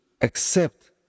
accept